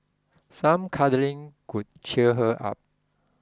some cuddling could cheer her up